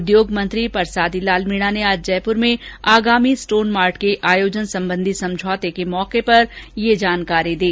उद्योग मंत्री परसादी लाल मीणा ने आज जयपुर में आगामी स्टोन मार्ट के आयोजन संबंधी समझौते के मौके पर ये जानकारी दी